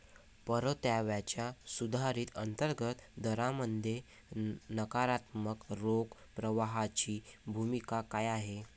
परताव्याच्या सुधारित अंतर्गत दरामध्ये नकारात्मक रोख प्रवाहाची भूमिका काय आहे?